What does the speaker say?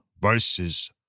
versus